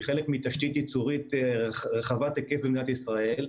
וקטנות והיא חלק מתשתית ייצורית רחבת היקף במדינת ישראל,